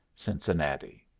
cincinnati.